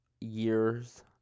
years